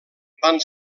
van